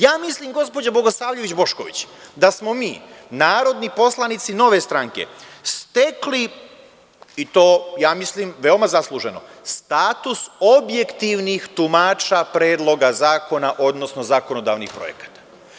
Ja mislim, gospođo Bogosavljević Bošković, da smo mi narodni poslanici Nove stranke stekli, i to ja mislim veoma zasluženo, status objektivnih tumača predloga zakona, odnosno zakonodavnih projekata.